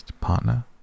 Partner